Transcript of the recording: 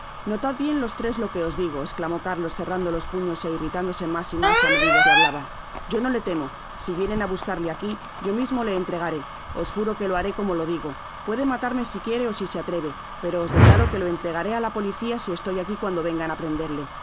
notad bien los tres lo que os digo esclamó carlos cerrando los puños é irritándose mas y mas á medida que hablaba yo no le temo si vienen á buscarle aqui yo mismo le entregaré os juro que lo haré como lo digo puede matarme si quiere ó si se atreve pero os declaro que lo entregaré á la policia si estoy aqui cuando vengan para prenderle